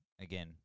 again